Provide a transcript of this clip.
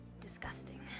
disgusting